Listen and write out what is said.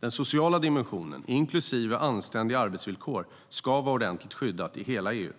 Den sociala dimensionen, inklusive anständiga arbetsvillkor, ska vara ordentligt skyddad i hela EU.